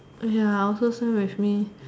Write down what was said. ya also same with me